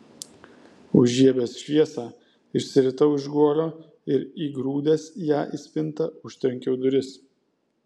užžiebęs šviesą išsiritau iš guolio ir įgrūdęs ją į spintą užtrenkiau duris